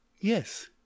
yes